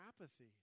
apathy